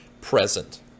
present